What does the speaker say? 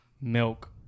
milk